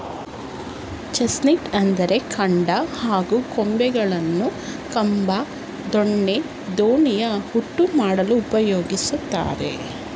chestnut ಇದ್ರ ಕಾಂಡ ಹಾಗೂ ಕೊಂಬೆಗಳನ್ನು ಕಂಬ ದೊಣ್ಣೆ ದೋಣಿಯ ಹುಟ್ಟು ಮಾಡಲು ಉಪಯೋಗಿಸ್ತಾರೆ